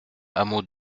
hameau